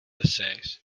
essays